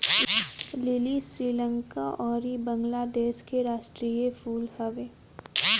लीली श्रीलंका अउरी बंगलादेश के राष्ट्रीय फूल हवे